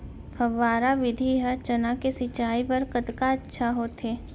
फव्वारा विधि ह चना के सिंचाई बर कतका अच्छा होथे?